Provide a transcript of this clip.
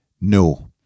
No